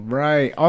right